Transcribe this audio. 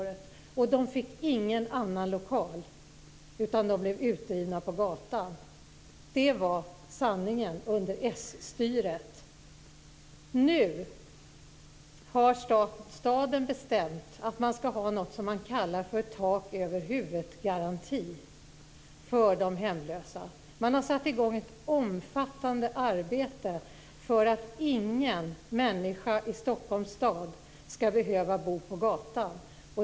Dessa människor fick ingen annan lokal, utan de blev utdrivna på gatan. Det var sanningen under sstyret. Nu har staden bestämt att man ska ha s.k. taköver-huvudet-garanti för de hemlösa. Man har satt i gång ett omfattande arbete för att ingen människa i Stockholms stad ska behöva bo på gatan.